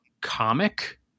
comic